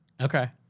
Okay